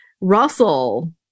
Russell